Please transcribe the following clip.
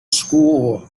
school